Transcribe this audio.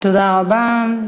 תודה רבה.